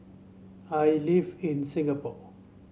I live in Singapore